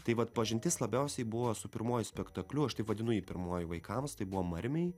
tai vat pažintis labiausiai buvo su pirmuoju spektakliu aš taip vadinu jį pirmuoju vaikams tai buvo marmiai